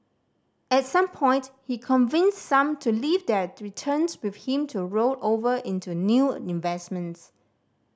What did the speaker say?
at some point he convinced some to leave their returns with him to roll over into new investments